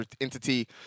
entity